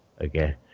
Okay